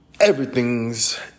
everything's